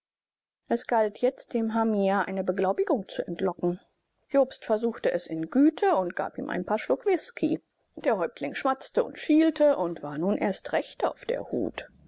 es galt jetzt dem hamia eine beglaubigung zu entlocken jobst versuchte es in güte und gab ihm ein paar schluck whisky der häuptling schmatzte und schielte und war nun erst recht auf der hut